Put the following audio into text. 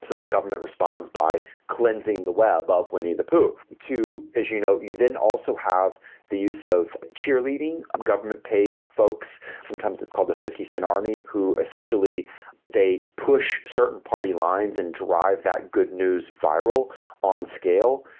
so the government responds by cleansing the web of winnie the pooh to as you know, you then also have the use of cheerleading, um government paid folks, sometimes it's called the fifty cent army, who essentially they push certain party lines and drive that good news viral on scale,